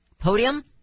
podium